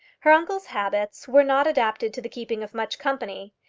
her uncle's habits were not adapted to the keeping of much company,